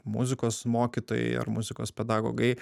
muzikos mokytojai ar muzikos pedagogai